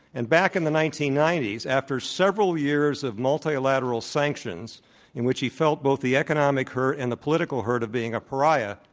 and back in the nineteen ninety s, after several years of multilateral sanctions in which he felt both the economic hurt and the political hurt of being a pariah,